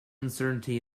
uncertainty